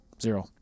Zero